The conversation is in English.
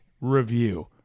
review